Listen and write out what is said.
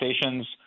stations